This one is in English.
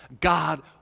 God